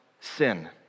sin